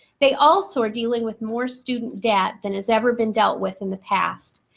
they also are dealing with more student debt than has ever been dealt with in the past.